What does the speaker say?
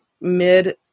mid